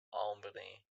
albany